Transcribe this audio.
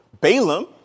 Balaam